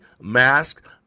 mask